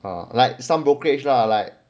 or like some brokerage lah like